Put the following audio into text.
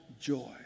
joy